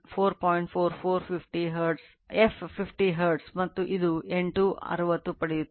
44 50 hertz F 50 hertz ಮತ್ತು ಇದು N2 60 ಪಡೆಯುತ್ತದೆ